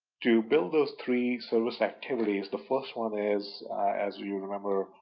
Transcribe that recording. to build those three service activities, the first one is as you remember,